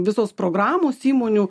visos programos įmonių